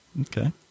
Okay